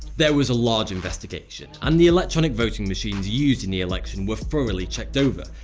there was a large investigation and the electronic voting machines used in the election were thoroughly checked over.